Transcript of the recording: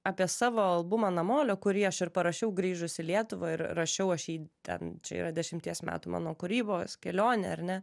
apie savo albumą namolio kurį aš ir parašiau grįžus į lietuvą ir rašiau aš jį ten čia yra dešimties metų mano kūrybos kelionė ar ne